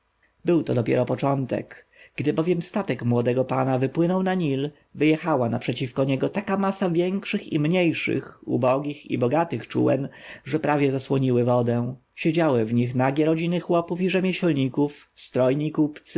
to dopiero początek gdy bowiem statek młodego pana wypłynął na nil wyjechała naprzeciw niego taka masa większych i mniejszych ubogich i bogatych czółen że prawie zasłoniły wodę siedziały w nich nagie rodziny chłopów i rzemieślników strojni kupcy